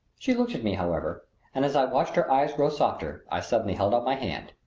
she looked at me however and as i watched her eyes grow softer i suddenly held out my hand,